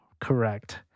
Correct